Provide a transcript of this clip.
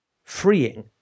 freeing